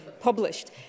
published